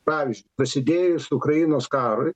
pavyzdžiui prasidėjus ukrainos karui